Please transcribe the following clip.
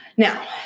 Now